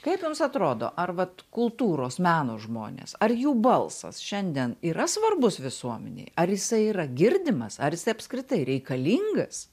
kaip jums atrodo ar vat kultūros meno žmonės ar jų balsas šiandien yra svarbus visuomenei ar jisai yra girdimas ar jis apskritai reikalingas